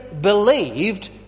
believed